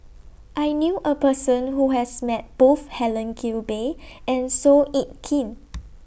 I knew A Person Who has Met Both Helen Gilbey and Seow Yit Kin